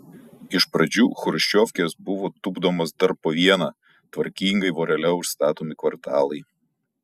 iš pradžių chruščiovkės buvo tupdomos dar po vieną tvarkingai vorele užstatomi kvartalai